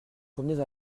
promener